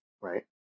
right